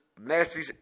nasty